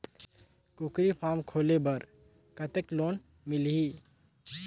कूकरी फारम खोले बर कतेक लोन मिलही?